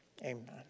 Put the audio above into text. Amen